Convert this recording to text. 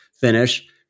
finish